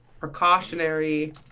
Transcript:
precautionary